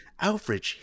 Alfred